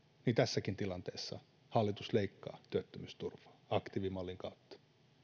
niin tässäkin tilanteessa hallitus leikkaa työttömyysturvaa aktiivimallin kautta